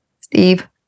Steve